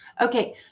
okay